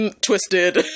twisted